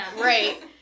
right